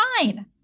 fine